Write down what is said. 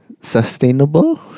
sustainable